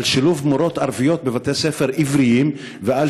על שילוב מורות ערביות בבתי-ספר עבריים ועל